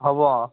হ'ব